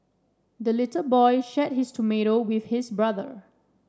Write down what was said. the little boy shared his tomato with his brother